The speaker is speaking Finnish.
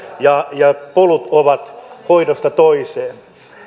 ja ja polut ovat hoidosta toiseen